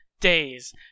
days